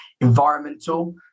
environmental